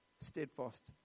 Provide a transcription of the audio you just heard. steadfast